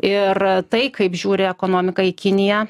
ir tai kaip žiūri ekonomika į kiniją